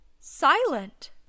silent